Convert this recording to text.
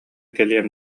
кэлиэм